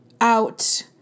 out